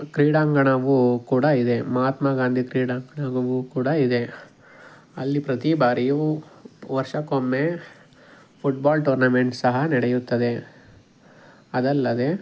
ಕ್ರೀಡಾಂಗಣವೂ ಕೂಡ ಇದೆ ಮಹಾತ್ಮ ಗಾಂಧಿ ಕ್ರೀಡಾಂಗಣವೂ ಕೂಡ ಇದೆ ಅಲ್ಲಿ ಪ್ರತಿ ಬಾರಿಯೂ ವರ್ಷಕ್ಕೊಮ್ಮೆ ಫುಟ್ಬಾಲ್ ಟೂರ್ನಮೆಂಟ್ ಸಹ ನಡೆಯುತ್ತದೆ ಅದಲ್ಲದೇ